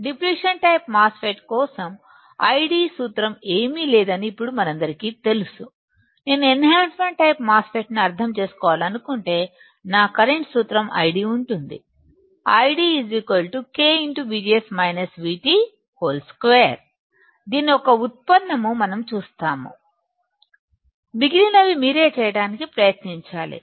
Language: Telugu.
డిప్లిషన్ టైపు మాస్ ఫెట్ కోసం ID సూత్రం ఏమీ లేదని ఇప్పుడు మనందరికీ తెలుసు నేను enhancement type MOSFET ను అర్థం చేసుకోవాలనుకుంటే నా కరెంటు సూత్రం ID ఉంటుంది ID K 2 దీని యొక్క ఉత్పన్నం మనం చూస్తాము మిగిలినవి మీరే చేయటానికి ప్రయత్నించాలి